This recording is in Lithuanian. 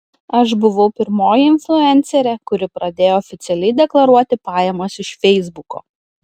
aš buvau pirmoji influencerė kuri pradėjo oficialiai deklaruoti pajamas iš feisbuko